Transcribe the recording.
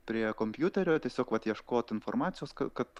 prie kompiuterio tiesiog vat ieškot informacijos kad